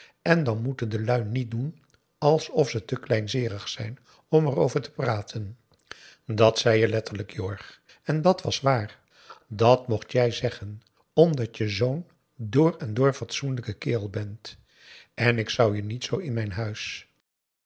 en dan moeten de lui niet doen alsof ze te kleinzeerig zijn om erover te praten dàt zei je letterlijk jorg en dat was waar dat mocht jij zeggen omdat je zoo'n door en door fatsoenlijke kerel bent en ik zou je niet zoo in mijn huis